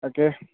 তাকে